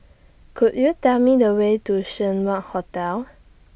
Could YOU Tell Me The Way to Seng Wah Hotel